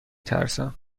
ترسم